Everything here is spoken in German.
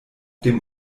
dem